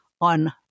on